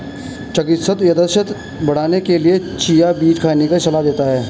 चिकित्सक याददाश्त बढ़ाने के लिए चिया बीज खाने की सलाह देते हैं